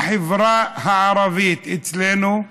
בחברה הערבית, אצלנו,